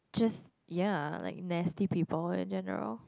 just ya like nasty people in general